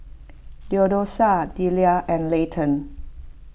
theodosia Deliah and Layton